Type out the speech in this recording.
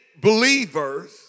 believers